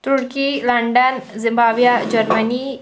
turkey London Zimbabwe Germany